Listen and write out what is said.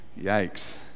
Yikes